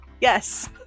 Yes